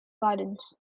gardens